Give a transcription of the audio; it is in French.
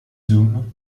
zoom